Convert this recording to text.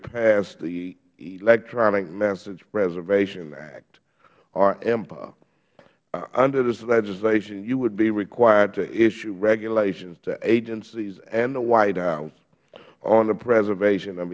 passed the electronic message preservation act or empa under this legislation you would be required to issue regulations to agencies and the white house on the preservation of